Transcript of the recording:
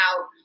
out